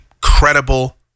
credible